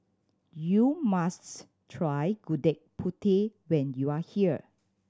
you must try Gudeg Putih when you are here